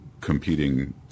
competing